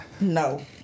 No